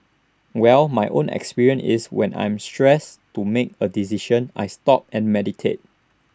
well my own experience is when I'm stressed to make A decision I stop and meditate